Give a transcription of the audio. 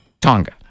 Tonga